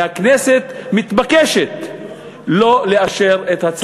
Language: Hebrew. והכנסת מתבקשת לא לאשר את ההצעה הזאת.